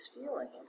feeling